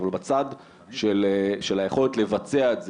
אבל בצד של היכולת לבצע את זה,